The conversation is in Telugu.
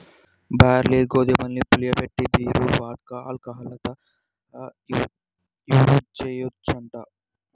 బార్లీ, గోధుమల్ని పులియబెట్టి బీరు, వోడ్కా, ఆల్కహాలు తయ్యారుజెయ్యొచ్చంట